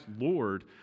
Lord